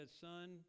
Son